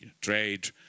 trade